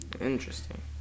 Interesting